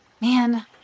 Man